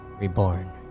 reborn